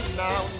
now